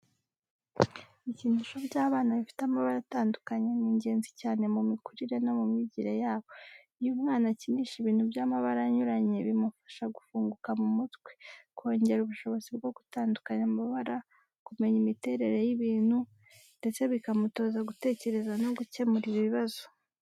Ibikinisho by’abana bifite amabara atandukanye ni ingenzi cyane mu mikurire no mu myigire yabo. Iyo umwana akinisha ibintu by’amabara anyuranye, bimufasha gufunguka mu mutwe, kongera ubushobozi bwo gutandukanya amabara, kumenya imiterere y’ibintu, ndetse bikamutoza gutekereza no gukemura ibibazo.